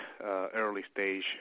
early-stage